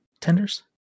tenders